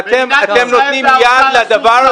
מדינת ישראל והאוצר עשו צרות ל"כאל" -- אתם נותנים יד לדבר הזה,